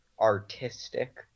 artistic